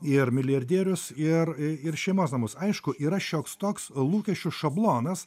ir milijardierius ir ir šeimos namus aišku yra šioks toks lūkesčių šablonas